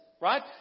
right